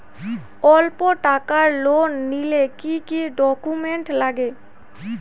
অল্প টাকার লোন নিলে কি কি ডকুমেন্ট লাগে?